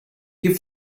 che